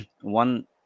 one